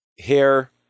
hair